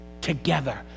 Together